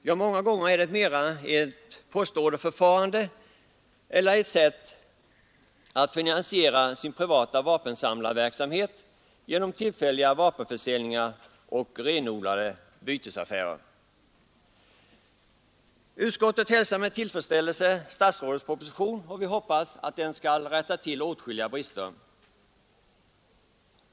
Ja, många gånger är det mera fråga om ett postorderförfarande eller ett sätt att finansiera en privat vapensamlarverksamhet genom tillfälliga vapenförsäljningar och renodlade bytesaffärer. Utskottet hälsar med tillfredsställelse statsrådets proposition, och vi hoppas att den skall rätta till åtskilliga brister.